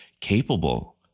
capable